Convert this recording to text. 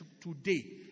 today